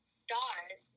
stars